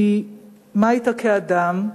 היא מה היית כאדם,